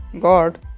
god